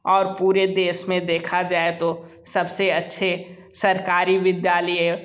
और पूरे देश में देखा जाये तो सबसे अच्छे सरकारी विद्यालय